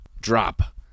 drop